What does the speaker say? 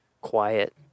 quiet